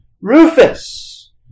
Rufus